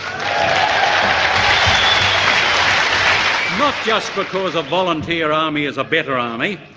um just because a volunteer army is a better army,